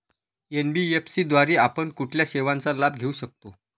NBFC द्वारे आपण कुठल्या सेवांचा लाभ घेऊ शकतो?